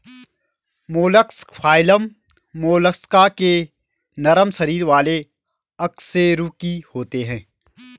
mollusc phylum Mollusca के नरम शरीर वाले अकशेरुकी होते हैं